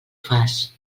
fas